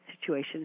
situation